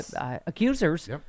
accusers